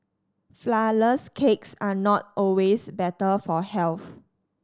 flourless cakes are not always better for health